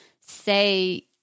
say